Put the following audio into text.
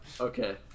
Okay